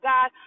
God